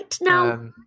now